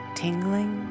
tingling